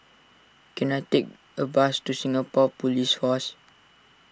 can I take a bus to Singapore Police Force